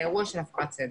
לאירוע של הפרת סדר.